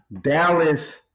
Dallas